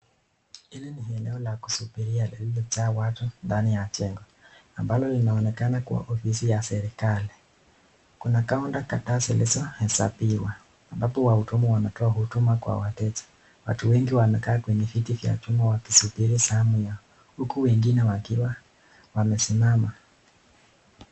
Hili ni eneo la kusubiria lililojaa watu ndani ya jengo, ambalo linaonekana kua ofisi ya serikali. Kuna kaunta kadhaa zilizo hesabiwa, ambapo wahudumu wanatoa huduma kwa wateja. Watu wengi wanakaa kwenye viti vya chuma wakisubiri zamu yao, huku wengine wakiwa wamesimama.